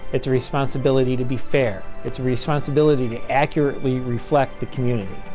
it's a responsibility to be fair, its responsibility to accurately reflect the community.